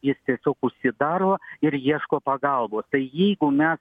jis tiesiog užsidaro ir ieško pagalbos tai jeigu mes